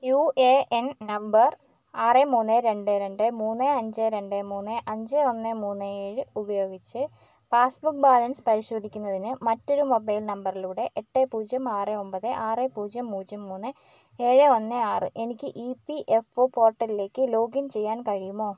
U A N number ആറ് മൂന്ന് രണ്ട് രണ്ട് മൂന്ന് അഞ്ച് രണ്ട് മൂന്ന് അഞ്ച് ഒന്ന് മൂന്ന് ഏഴ് ഉപയോഗിച്ച് പാസ്ബുക്ക് ബാലൻസ് പരിശോധിക്കുന്നതിന് മറ്റൊരു മൊബൈൽ നമ്പറിലൂടെ എട്ട് പൂജ്യം ആറ് ഒൻപത് ആറ് പൂജ്യം പൂജ്യം മൂന്ന് ഏഴ് ഒന്ന് ആറ് എനിക്ക് ഇ പി എഫ് ഒ പോർട്ടലിലേക്ക് ലോഗിൻ ചെയ്യാൻ കഴിയുമോ